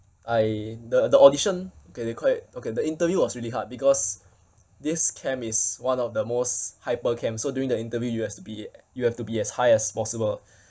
I the the audition okay they call it okay the interview was really hard because this camp is one of the most hyper camp so during the interview you have to be you have to be as high as possible